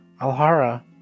Alhara